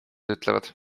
ütlevad